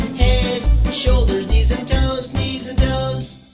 head shoulders knees and toes, knees and toes.